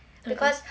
(uh huh)